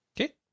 Okay